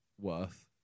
worth